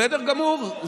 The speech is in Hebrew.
בסדר גמור.